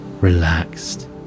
relaxed